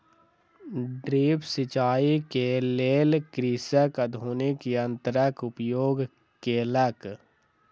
drip सिचाई के लेल कृषक आधुनिक यंत्रक उपयोग केलक